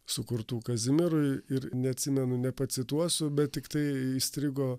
sukurtų kazimierui ir neatsimenu nepacituosiu bet tiktai įstrigo